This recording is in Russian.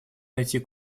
найти